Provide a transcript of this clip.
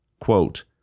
Quote